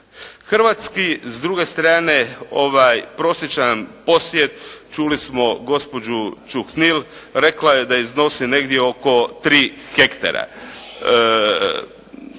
Hrvatski, s druge strane prosječan posjed, čuli smo gospođu Čuhnil, rekla je da iznose negdje oko 3 hektara.